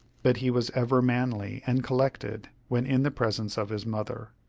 but he was ever manly and collected when in the presence of his mother.